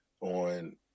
on